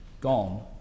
gone